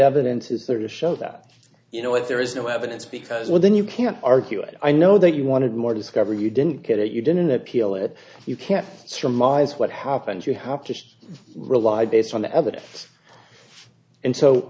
evidence is there to show that you know what there is no evidence because well then you can't argue it i know that you wanted more discovery you didn't get it you didn't appeal it you can't surmise what happened you have to rely based on the evidence and so